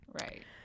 right